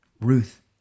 Ruth